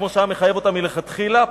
כמו שחייב אותם מלכתחילה,